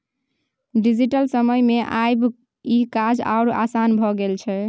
digital समय मे आब ई काज आओर आसान भए गेल छै